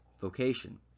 vocation